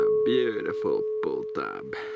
ah beautiful pull-tab.